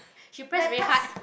she press very hard ppl)